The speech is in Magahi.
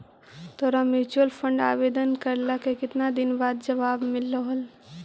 तोरा म्यूचूअल फंड आवेदन करला के केतना दिन बाद जवाब मिललो हल?